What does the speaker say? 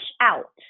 out